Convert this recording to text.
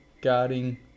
guarding